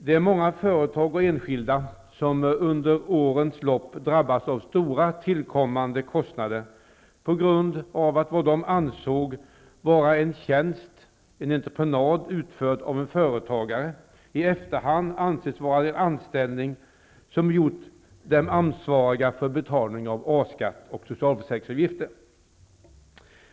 Det är många företag och enskilda som under årens lopp har drabbats av stora tillkommande kostnader på grund av att vad de ansåg vara en tjänst eller entreprenad utförd av en företagare, i efterhand ansetts vara en anställning, vilket gjort dem ansvariga för betalning av A-skatt och socialförsäkringsavgifter.